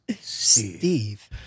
steve